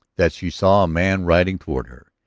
that she saw a man riding toward her.